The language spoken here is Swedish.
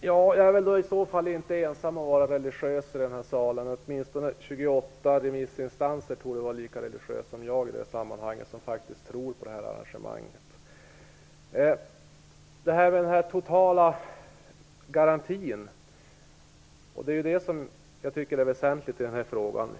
Fru talman! Jag är i så fall inte ensam om att vara religiös i den här salen, och åtminstone 28 remissinstanser torde vara lika religiösa som jag i det här sammanhanget. Vi tror faktiskt på detta arrangemang. Det jag tycker är väsentligt i denna fråga är den totala garantin.